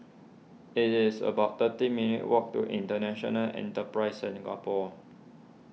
it is about thirty minutes' walk to International Enterprise Singapore